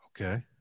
Okay